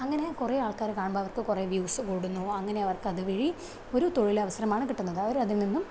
അങ്ങനെ കുറെ ആൾക്കാര് കാണുമ്പോൾ അവർക്ക് കുറെ വ്യൂസ് കൂടുന്നു അങ്ങനെ അവർക്ക് അതുവഴി ഒരു തൊഴിലവസരമാണ് കിട്ടുന്നത് അവര് അതിൽ നിന്നും